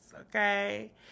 okay